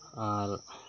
ᱟᱨ